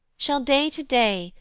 shall day to day,